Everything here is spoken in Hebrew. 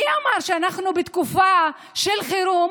מי אמר שבתקופה של חירום